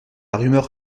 rumeur